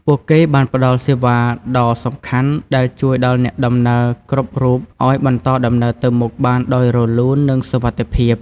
ពួកគេបានផ្តល់សេវាដ៏សំខាន់ដែលជួយដល់អ្នកដំណើរគ្រប់រូបឱ្យបន្តដំណើរទៅមុខបានដោយរលូននិងសុវត្ថិភាព។